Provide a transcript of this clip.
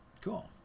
cool